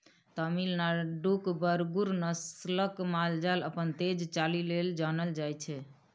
तमिलनाडुक बरगुर नस्लक माल जाल अपन तेज चालि लेल जानल जाइ छै